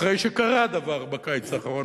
אחרי שקרה דבר בקיץ האחרון,